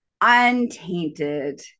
untainted